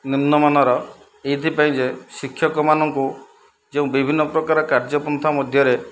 ନିମ୍ନମାନର ଏଇଥିପାଇଁ ଯେ ଶିକ୍ଷକମାନଙ୍କୁ ଯେଉଁ ବିଭିନ୍ନ ପ୍ରକାର କାର୍ଯ୍ୟପନ୍ଥା ମଧ୍ୟରେ